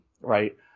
right